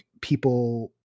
people